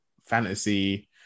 fantasy